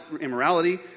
immorality